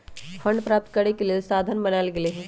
fund प्राप्त करेके कयगो साधन बनाएल गेल हइ